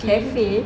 cafe